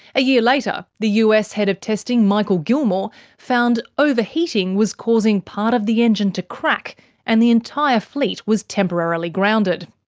a year later, the us head of testing michael gilmore found overheating was causing part of the engine to crack, and the entire fleet was temporarily grounded.